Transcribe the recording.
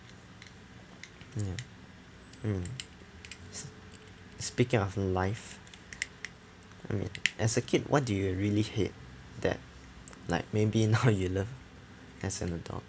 ya mm speaking of life I mean as a kid what do you really hate that like maybe now you love as an adult